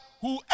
whoever